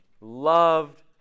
loved